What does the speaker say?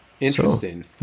Interesting